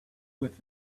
with